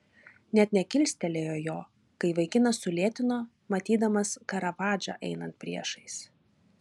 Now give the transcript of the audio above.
net nekilstelėjo jo kai vaikinas sulėtino matydamas karavadžą einant priešais